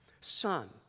Son